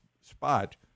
spot